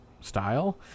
style